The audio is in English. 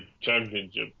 championship